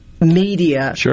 Media